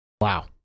wow